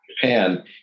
Japan